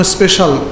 Special